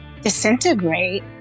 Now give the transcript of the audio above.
disintegrate